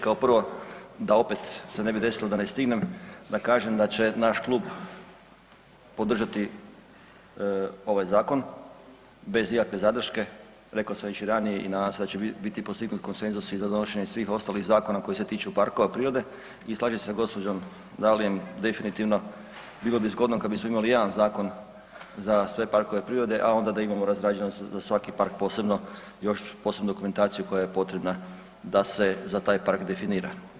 Kao prvo da opet se ne bi desilo da ne stignem da kažem da će naš klub podržati ovaj zakon bez ikakve zadrške, reko sam već i ranije i nadam se da će biti postignut konsenzus i za donošenje svih ostalih zakona koji se tiču parkova prirode i slažem se s gđom. Dalijom definitivno, bilo bi zgodno kad bismo imali jedan zakon za sve parkove prirode, a onda da imamo razrađeno za svaki park posebno, još posebno dokumentaciju koja je potrebna da se za taj park definira.